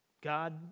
God